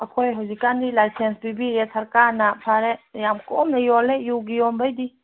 ꯑꯩꯈꯣꯏ ꯍꯧꯖꯤꯛꯀꯥꯟꯗꯤ ꯂꯥꯏꯁꯦꯟꯁ ꯄꯤꯕꯤꯔꯦ ꯁꯔꯀꯥꯔꯅ ꯐꯔꯦ ꯌꯥꯝ ꯀꯣꯝꯅ ꯌꯣꯜꯂꯦ ꯌꯨꯒꯤ ꯌꯣꯟꯕꯒꯤꯗꯤ